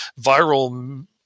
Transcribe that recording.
viral